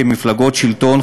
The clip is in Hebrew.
כמפלגות שלטון,